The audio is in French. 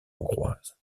hongroise